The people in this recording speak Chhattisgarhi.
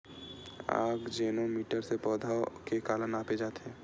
आकजेनो मीटर से पौधा के काला नापे जाथे?